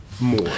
more